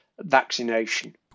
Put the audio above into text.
vaccination